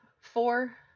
four